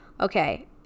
Okay